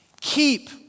Keep